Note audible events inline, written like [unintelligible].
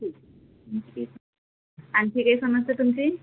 [unintelligible] आणखी काही समस्या तुमची